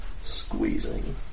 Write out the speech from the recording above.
squeezing